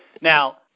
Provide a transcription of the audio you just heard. Now